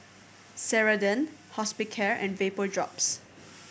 Ceradan Hospicare and Vapodrops